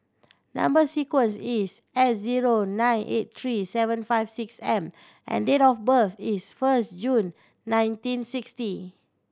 number sequence is S zero nine eight three seven five six M and date of birth is first June nineteen sixty